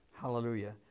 Hallelujah